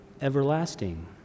everlasting